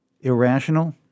irrational